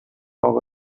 اقا